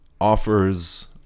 offers